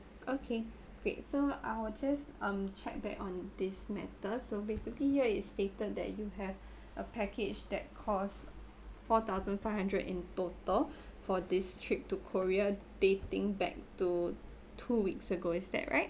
okay great so I will just um check back on this matter so basically ya it's stated that you have a package that cost four thousand five hundred in total for this trip to korea dating back to two weeks ago is that right